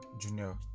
junior